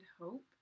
hope